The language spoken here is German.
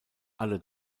alle